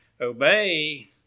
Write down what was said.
obey